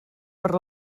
per